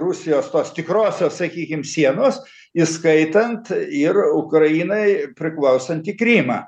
rusijos tos tikrosios sakykim sienos įskaitant ir ukrainai priklausantį krymą